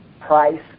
price